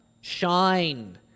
Shine